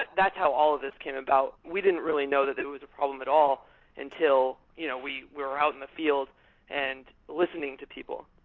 that's how all of these came about, and we didn't really know that it was a problem at all until you know we were out in the field and listening to people